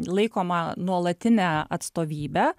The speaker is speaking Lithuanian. laikoma nuolatine atstovybe